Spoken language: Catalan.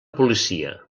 policia